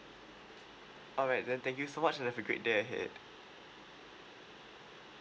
alright then thank you so much and have a great day ahead